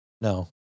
No